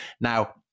now